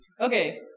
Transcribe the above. Okay